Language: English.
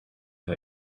her